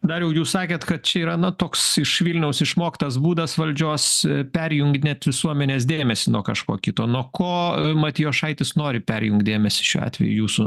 dariau jūs sakėt kad čia yra na toks iš vilniaus išmoktas būdas valdžios perjunginėt visuomenės dėmesį nuo kažko kito nuo ko matijošaitis nori perjungt dėmesį šiuo atveju jūsų